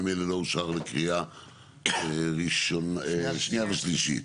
ממילא לא אושר לקריאה שנייה ושלישית.